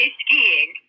skiing